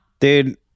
Dude